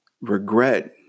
regret